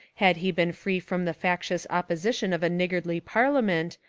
had he been free from the factious opposition of a niggardly parliament,